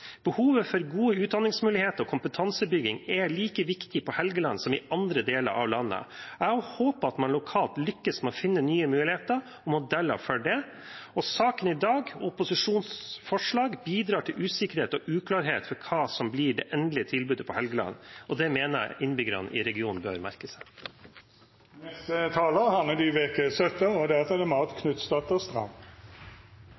Behovet for gode utdanningsmuligheter og kompetansebygging er like viktig på Helgeland som i andre deler av landet. Jeg håper at man lokalt lykkes med å finne nye muligheter og modeller for det. Saken i dag og opposisjonens forslag bidrar til usikkerhet og uklarhet om hva som blir det endelige tilbudet på Helgeland, og det mener jeg innbyggerne i regionen bør merke seg. Alle vi som er fra Nordland, har et